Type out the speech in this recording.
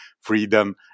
freedom